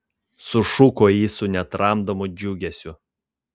sušuko ji su netramdomu džiugesiu